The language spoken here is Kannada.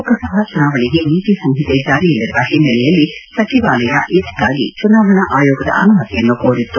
ಲೋಕಸಭಾ ಚುನಾವಣೆಗೆ ನೀತಿ ಸಂಹಿತೆ ಜಾರಿಯಲ್ಲಿರುವ ಹಿನ್ನೆಲೆಯಲ್ಲಿ ಸಚಿವಾಲಯ ಇದಕ್ಷಾಗಿ ಚುನಾವಣಾ ಆಯೋಗದ ಅನುಮತಿಯನ್ನು ಕೋರಿತ್ತು